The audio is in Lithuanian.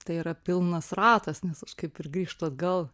tai yra pilnas ratas nes aš kaip ir grįžtu atgal